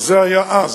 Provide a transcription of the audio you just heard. זה היה אז.